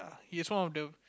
he's one of the